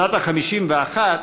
שנת ה-51,